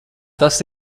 tas